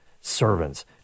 servants